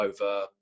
over